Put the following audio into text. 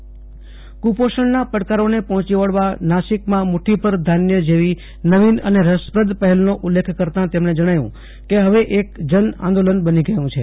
કુપોષણના પડકારોને પહોંચી વળવા નાખિકમાં મુદ્દીબર ધાન્ય જેવી નવીન અને રસપ્રદ પહેલનો ઉલ્લેખ કરતા તેમણે જણાવ્યું કે હવે એક જન આંદોલન બની ગયું છે